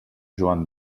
joan